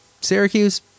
Syracuse